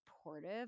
supportive